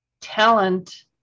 talent